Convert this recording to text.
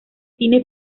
cine